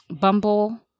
Bumble